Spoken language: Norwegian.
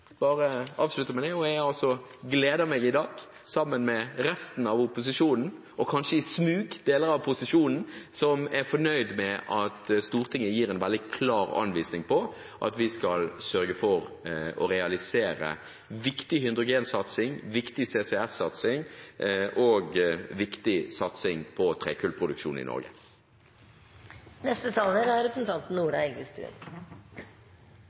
gleder meg i dag sammen med resten av opposisjonen – og kanskje i smug: deler av posisjonen – som er fornøyd med at Stortinget gir en veldig klar anvisning om at vi skal sørge for å realisere viktig hydrogensatsing, viktig CCS-satsing og viktig satsing på trekullproduksjon i Norge. Jeg hadde egentlig ikke tenkt å ta ordet mer i denne debatten, for vedtakene er